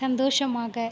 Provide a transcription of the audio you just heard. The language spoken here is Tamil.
சந்தோஷமாக